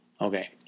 Okay